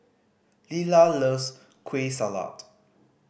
Lila loves Kueh Salat